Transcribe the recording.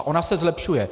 Ona se zlepšuje.